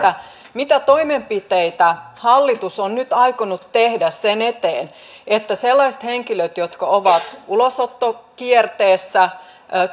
mitä toimenpiteitä hallitus on nyt aikonut tehdä sen eteen että sellaiset henkilöt jotka ovat ulosottokierteessä